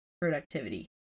productivity